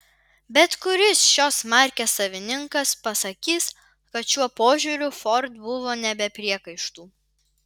bet kuris šios markės savininkas pasakys kad šiuo požiūriu ford buvo ne be priekaištų